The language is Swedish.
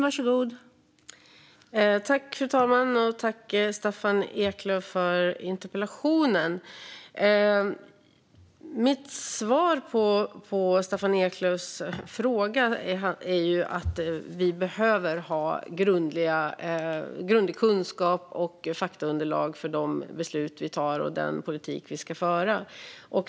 Fru talman! Tack, Staffan Eklöf, för interpellationen! Mitt svar på Staffan Eklöfs fråga är att vi behöver ha grundlig kunskap och faktaunderlag för de beslut vi tar och den politik vi ska föra.